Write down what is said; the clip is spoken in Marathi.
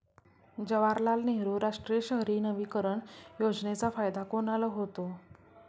जवाहरलाल नेहरू राष्ट्रीय शहरी नवीकरण योजनेचा फायदा कोणाला होतो?